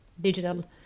digital